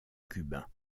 cubain